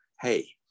Hey